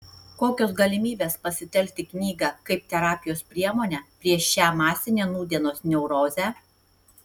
kokios galimybės pasitelkti knygą kaip terapijos priemonę prieš šią masinę nūdienos neurozę